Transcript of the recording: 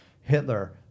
Hitler